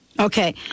Okay